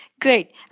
Great